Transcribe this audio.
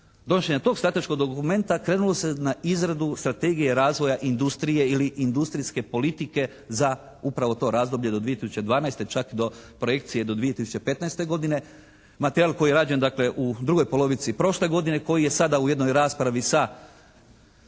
donošenja tog strateškog dokumenta krenulo se na izradu strategije razvoja industrije ili industrijske politike za upravo to razdoblje do 2012. Čak do projekcije do 2015. godine. Materijal koji je rađen dakle u drugoj polovici prošle godine. Koji je sada u jednoj raspravi sa